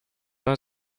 are